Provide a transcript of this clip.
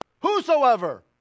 whosoever